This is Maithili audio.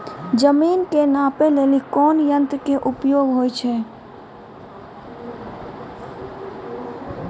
जमीन के नापै लेली कोन यंत्र के उपयोग होय छै?